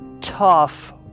tough